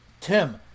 Tim